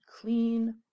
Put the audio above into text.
clean